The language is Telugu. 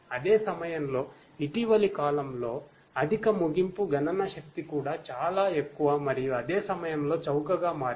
అదే సమయంలో ఇటీవలి కాలంలో అధిక ముగింపు గణన శక్తి కూడా చాలా ఎక్కువ మరియు అదే సమయంలో చౌకగా మారింది